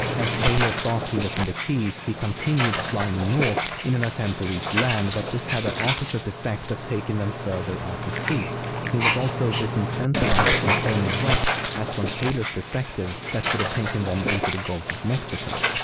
as taylor thought he was in the keys he continued flying north in an attempt to reach land but this had the opposite effect of taking them further out to sea. he was also disincentivized from turning west as from taylors perspective that would've taken them into the gulf of mexico.